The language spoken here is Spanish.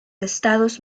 estados